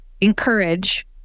encourage